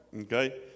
Okay